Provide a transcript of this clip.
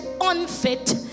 unfit